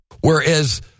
Whereas